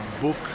book